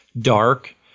dark